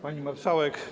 Pani Marszałek!